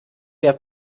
der